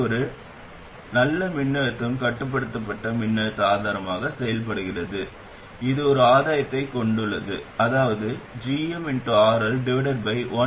இப்போது மின்னழுத்தம் கட்டுப்படுத்தப்பட்ட மின்னழுத்த மூலத்தில் வெளியீட்டு எதிர்ப்பு சிறியதாக இருக்க வேண்டும் என்று சொன்னோம் இப்போது சுமை எதிர்ப்புடன் ஒப்பிடும்போது சிறியது அல்லது பெரியது என்ன எனவே வெளியீட்டு எதிர்ப்பு லோட் எதிர்ப்பை விட மிக சிறியதாக இருக்க வேண்டும்